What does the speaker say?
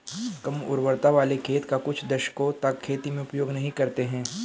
कम उर्वरता वाले खेत का कुछ दशकों तक खेती में उपयोग नहीं करते हैं